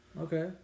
Okay